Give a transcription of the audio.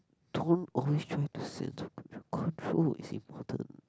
don't always try to is important